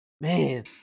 Man